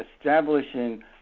establishing